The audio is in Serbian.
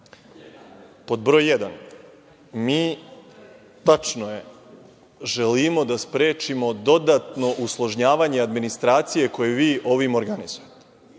broj 1 – tačno je, mi želimo da sprečimo dodatno usložnjavanje administracije koju vi ovim organizujete.